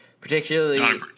Particularly